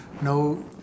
no